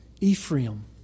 Ephraim